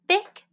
Big